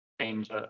change